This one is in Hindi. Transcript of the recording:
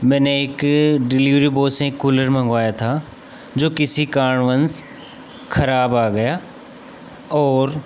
मैंने एक डिलीवरी बॉय से कूलर मंगवाया था जो किसी कारणवश ख़राब आ गया और